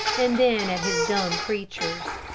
and then at his dumb creatures.